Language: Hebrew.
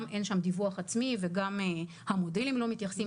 אין שם דיווח עצמי וגם המודלים לא מתייחסים.